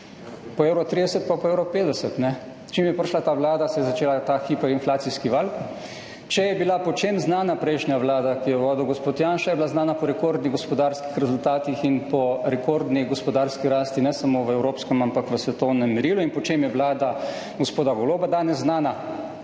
Po 1,30 pa po 1,50 evra, kajne. Čim je prišla ta vlada, se je začel ta hiperinflacijski val. Če je bila po čem znana prejšnja vlada, ki jo je vodil gospod Janša, je bila znana po rekordnih gospodarskih rezultatih in po rekordni gospodarski rasti, ne samo v evropskem, ampak v svetovnem merilu. In po čem je znana danes vlada